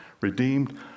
redeemed